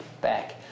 back